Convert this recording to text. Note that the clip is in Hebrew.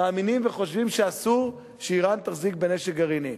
מאמינים וחושבים שאסור שאירן תחזיק בנשק גרעיני.